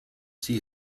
see